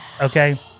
Okay